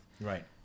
Right